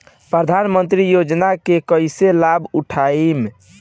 प्रधानमंत्री योजना के कईसे लाभ उठाईम?